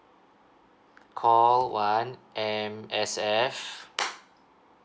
call one M_S_F